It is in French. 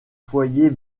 foyer